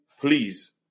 Please